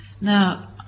now